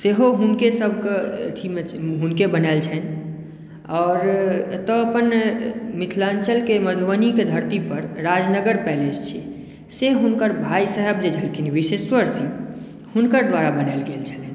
सेहो हुनके सभके अछि हुनके बनायल छनि आओर एतौ अपन मिथिलाञ्चलके मधुबनीके धरती पर राजनगर पैलेस छै से हुनकर भाय साहब जे छलखिन विशेश्वर सिंह हुनकर द्वारा बनाओल गेल छलनि